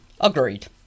agreed